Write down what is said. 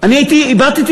אני הבטתי,